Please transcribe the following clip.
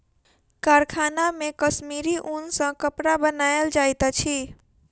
कारखाना मे कश्मीरी ऊन सॅ कपड़ा बनायल जाइत अछि